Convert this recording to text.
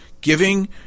giving